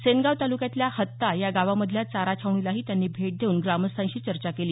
सेनगाव तालुक्यातल्या हत्ता या गावामधल्या चारा छावणीलाही त्यांनी भेट देऊन ग्रामस्थांशी चर्चा केली